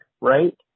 right